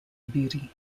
beauty